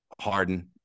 Harden